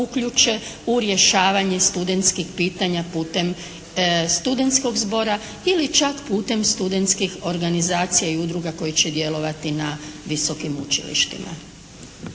uključe u rješavanje studenskih pitanja putem studenskog zbora ili čak putem studenskih organizacija i udruga koje će djelovati na visokim učilištima.